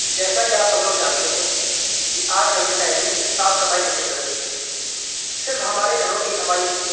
جیساکہ آپ سب لوگ جاتنے ہیں کہ آج کل کے ٹائم میں صاف صفائی کتنی ضروری ہے صرف ہمارے گھروں کی صفائی نہیں